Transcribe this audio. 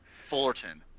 Fullerton